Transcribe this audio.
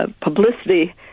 publicity